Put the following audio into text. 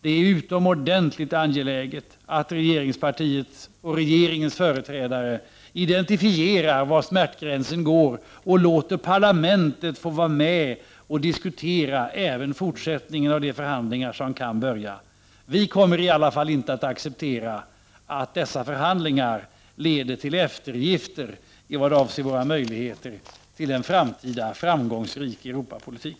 Det är utomordentligt angeläget att regeringspartiets och regeringens företrädare identifierar var smärtgränsen går och låter parlamentet vara med och diskutera även fortsättningen av de förhandlingar som kan börja. Vi kommer i alla fall inte att acceptera att dessa förhandlingar leder till eftergifter i vad avser våra möjligheter till en framtida framgångsrik Europapolitik.